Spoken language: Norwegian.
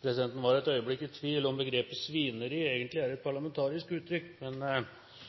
Presidenten var et øyeblikk i tvil om begrepet «svineri» egentlig er